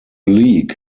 league